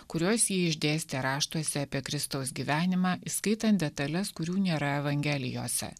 kuriuos ji išdėstė raštuose apie kristaus gyvenimą įskaitant detales kurių nėra evangelijose